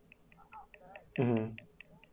mmhmm